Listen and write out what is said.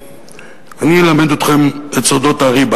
אני אלמד אתכם את סודות הריבה,